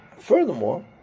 Furthermore